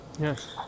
Yes